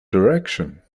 direction